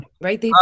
right